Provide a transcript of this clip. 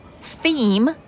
theme